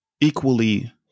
equally